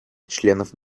членов